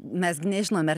mes gi nežinome ar